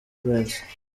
prince